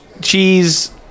Cheese